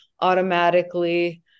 automatically